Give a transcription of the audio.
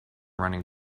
running